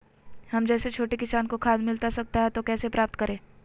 हम जैसे छोटे किसान को खाद मिलता सकता है तो कैसे प्राप्त करें?